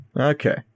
Okay